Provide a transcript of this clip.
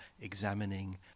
examining